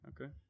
okay